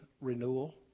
renewal